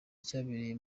cyabereye